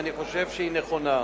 ואני חושב שהיא נכונה.